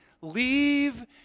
leave